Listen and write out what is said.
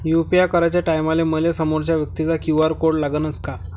UPI कराच्या टायमाले मले समोरच्या व्यक्तीचा क्यू.आर कोड लागनच का?